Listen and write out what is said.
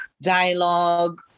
dialogue